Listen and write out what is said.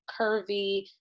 curvy